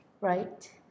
Right